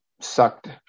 sucked